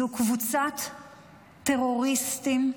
זו קבוצת טרוריסטים -- נאצים.